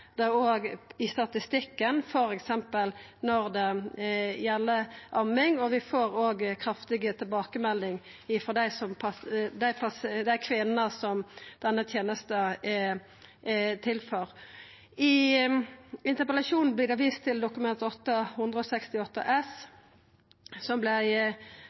ser det i statistikken, f.eks. når det gjeld amming. Vi får òg kraftige tilbakemeldingar frå dei kvinnene som denne tenesta er til for. I interpellasjonen vert det vist til Dokument 8:168 S for 2017–2018, som